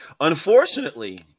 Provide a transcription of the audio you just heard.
Unfortunately